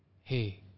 hey